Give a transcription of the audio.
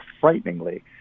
frighteningly